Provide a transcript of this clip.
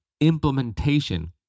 Implementation